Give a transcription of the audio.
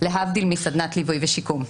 להבדיל מסדנת ליווי ושיקום.